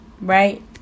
right